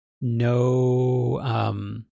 no